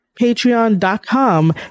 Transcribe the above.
patreon.com